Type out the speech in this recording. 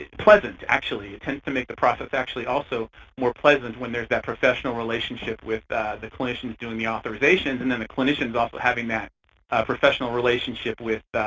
pleasant, actually. it tends to make the process actually also more pleasant when there's that professional relationship with the clinicians doing the authorizations and then the clinicians also having that professional relationship with